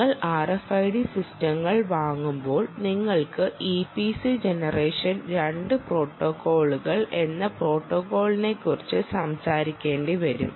നിങ്ങൾ RFID സിസ്റ്റങ്ങൾ വാങ്ങുമ്പോൾ നിങ്ങൾക്ക് EPC ജനറേഷൻ 2 പ്രോട്ടോക്കോളുകൾ എന്ന പ്രോട്ടോക്കോളിനെക്കുറിച്ച് സംസാരിക്കേണ്ടിവരും